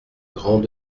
grand